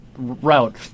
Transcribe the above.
route